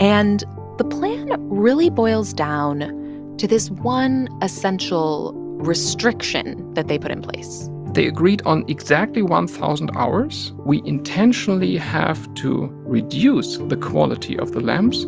and the plan really boils down to this one essential restriction that they put in place they agreed on exactly one thousand hours. we intentionally have to reduce the quality of the lamps